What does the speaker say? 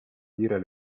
dire